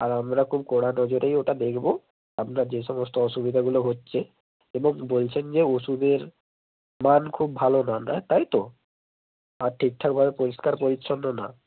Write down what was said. আর আমরা খুব কড়া নজরেই ওটা দেখবো আপনার যে সমস্ত অসুবিধাগুলো হচ্ছে এবং বলছেন যে ওষুধের মান খুব ভালো না না তাই তো আর ঠিকঠাকভাবে পরিষ্কার পরিছন্ন না